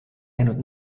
jäänud